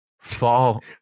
Fall